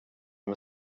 med